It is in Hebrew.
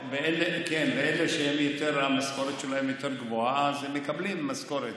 ואלה שהמשכורת שלהם יותר גבוהה הם מקבלים משכורת.